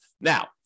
Now